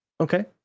Okay